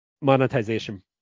monetization